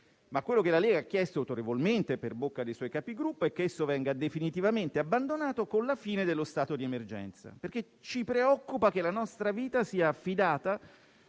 Ciò che però la Lega ha chiesto autorevolmente, per bocca dei suoi Capigruppo, è che esso venga definitivamente abbandonato con la fine dello stato di emergenza, perché ci preoccupa che la nostra vita sia affidata